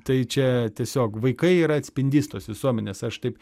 tai čia tiesiog vaikai yra atspindys tos visuomenės aš taip